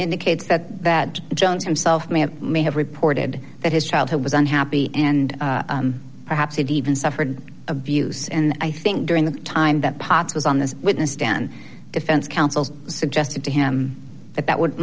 indicates that that jones himself may have may have reported that his childhood was unhappy and perhaps even suffered abuse and i think during the time that potts was on the witness stand defense counsel suggested to him that that w